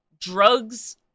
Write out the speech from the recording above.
drugs